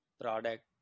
product